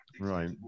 Right